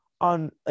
on